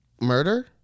Murder